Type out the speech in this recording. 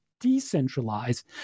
decentralized